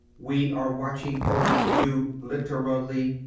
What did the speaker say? we are watching over you, literally.